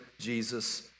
Jesus